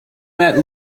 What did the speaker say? met